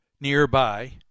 nearby